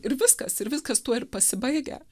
ir viskas ir viskas tuo ir pasibaigia